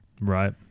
Right